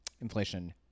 inflation